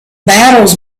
battles